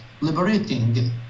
liberating